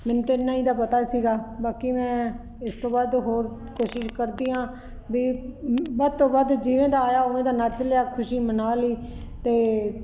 ਇੰਨਾ ਹੀ ਤਾ ਪਤਾ ਸੀਗਾ ਬਾਕੀ ਮੈਂ ਇਸ ਤੋਂ ਬਾਅਦ ਹੋਰ ਕੋਸ਼ਿਸ਼ ਕਰਦੀ ਆਂ ਵੀ ਵੱਧ ਤੋਂ ਵੱਧ ਜਿਵੇਂ ਦਾ ਆਇਆ ਉਵੇਂ ਦਾ ਨੱਚ ਲਿਆ ਖੁਸ਼ੀ ਮਨਾ ਲਈ ਤੇ ਆਪਣਾ